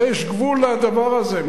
הרי יש גבול לדבר הזה.